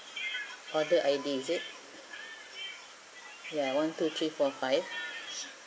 order I_D is it ya one two three four five